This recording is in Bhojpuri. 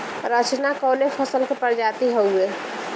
रचना कवने फसल के प्रजाति हयुए?